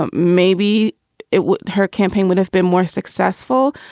um maybe it would her campaign would have been more successful,